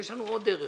יש לנו עוד דרך